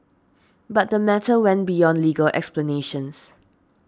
but the matter went beyond legal explanations